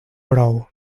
brou